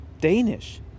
Danish